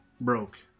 broke